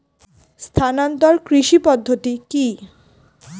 স্থানান্তর কৃষি পদ্ধতি কি?